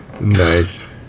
Nice